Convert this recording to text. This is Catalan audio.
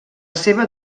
seva